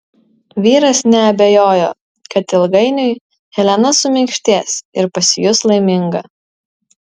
vyras neabejojo kad ilgainiui helena suminkštės ir pasijus laiminga